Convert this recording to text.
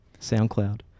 SoundCloud